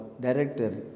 Director